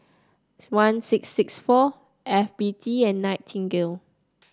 one six six four F B T and Nightingale